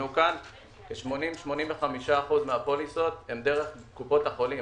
80% 85% מהפוליסות הן דרך קופות החולים.